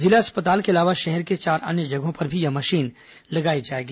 जिला चिकित्सालय के अलावा शहर के चार अन्य जगहों पर भी यह मशीन लगाई जाएगी